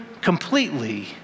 completely